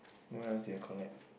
what else did you collect